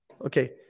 Okay